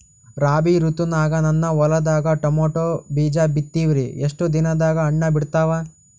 ರಾಬಿ ಋತುನಾಗ ನನ್ನ ಹೊಲದಾಗ ಟೊಮೇಟೊ ಬೀಜ ಬಿತ್ತಿವಿ, ಎಷ್ಟು ದಿನದಾಗ ಹಣ್ಣ ಬಿಡ್ತಾವ?